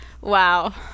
Wow